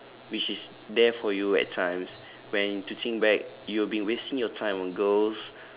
which is there for you at times when to think back you have been wasting your time on girls